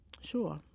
Sure